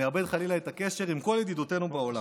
נאבד חלילה את הקשר עם כל ידידותינו בעולם,